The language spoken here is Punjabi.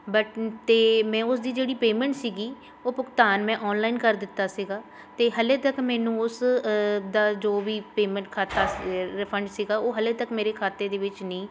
ਬਟ ਤੇ ਮੈਂ ਉਸਦੀ ਜਿਹੜੀ ਪੇਮੈਂਟ ਸੀਗੀ ਉਹ ਭੁਗਤਾਨ ਮੈਂ ਔਨਲਾਈਨ ਕਰ ਦਿੱਤਾ ਸੀਗਾ ਅਤੇ ਹਜੇ ਤੱਕ ਮੈਨੂੰ ਉਸ ਦਾ ਜੋ ਵੀ ਪੇਮੈਂਟ ਖਾਤਾ ਰਿਫੰਡ ਸੀਗਾ ਉਹ ਹਜੇ ਤੱਕ ਮੇਰੇ ਖਾਤੇ ਦੇ ਵਿੱਚ ਨਹੀਂ